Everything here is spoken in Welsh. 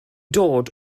dod